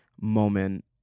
moment